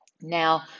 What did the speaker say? Now